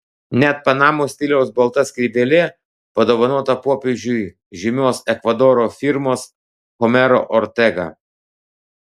net panamos stiliaus balta skrybėlė padovanota popiežiui žymios ekvadoro firmos homero ortega